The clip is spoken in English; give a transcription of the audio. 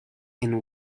and